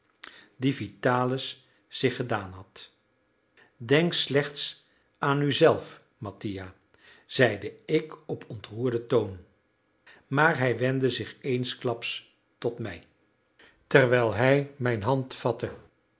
die vitalis zich gedaan had denk slechts aan u zelf mattia zeide ik op ontroerden toon maar hij wendde zich eensklaps tot mij terwijl hij mijn